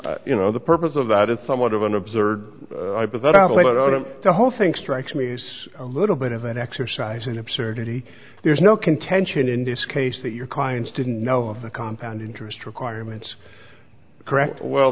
you know the purpose of that is somewhat of an observer but that out of the whole thing strikes me as a little bit of an exercise in absurdity there's no contention in this case that your clients didn't know of the compound interest requirements correct well